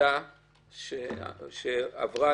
עמדה שעברה